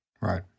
Right